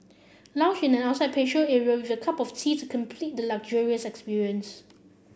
lounge in an outside patio area with a cup of teas complete the luxurious experience